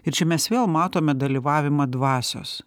ir čia mes vėl matome dalyvavimą dvasios